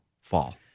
fall